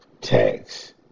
Tax